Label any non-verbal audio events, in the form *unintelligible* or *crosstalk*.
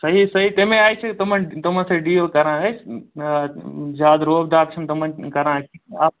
صحیح صحیح تَمے آیہِ چھِ تِمن تِمن سۭتۍ ڈیٖل کَران أسۍ زیادٕ روب داب چھِنہٕ تِمن کَران *unintelligible*